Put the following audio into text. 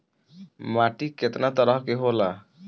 माटी केतना तरह के होला?